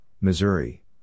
Missouri